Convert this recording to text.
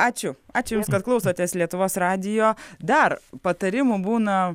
ačiū ačiū jums kad klausotės lietuvos radijo dar patarimų būna